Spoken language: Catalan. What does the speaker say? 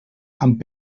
amb